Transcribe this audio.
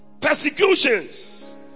Persecutions